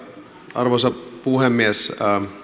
arvoisa puhemies